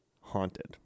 haunted